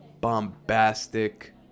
bombastic